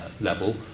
level